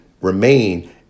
remain